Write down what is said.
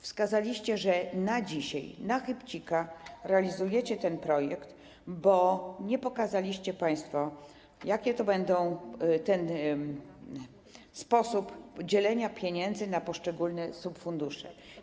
Wskazaliście, że na dzisiaj, na chybcika realizujecie ten projekt, bo nie pokazaliście państwo, jaki będzie sposób dzielenia pieniędzy na poszczególne subfundusze.